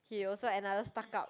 he also another stuck up